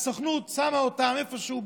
והסוכנות שמה אותם איפשהו,